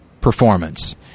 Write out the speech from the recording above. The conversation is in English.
performance